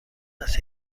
است